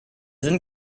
sind